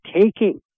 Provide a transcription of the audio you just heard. taking